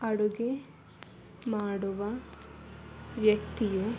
ಅಡುಗೆ ಮಾಡುವ ವ್ಯಕ್ತಿಯು